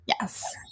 Yes